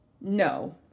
No